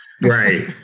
Right